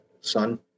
son